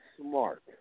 smart